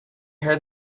heard